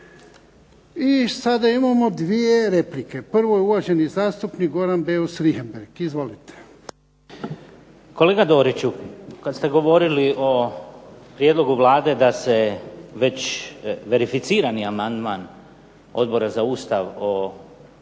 I sada imamo dvije replike. Prvo je uvaženi zastupnik Goran Beus Richembergh. **Beus Richembergh, Goran (HNS)** Kolega Doriću kada ste govorili o prijedlogu Vlade da se već verificirani amandman Odbora za Ustav o